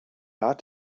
art